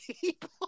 people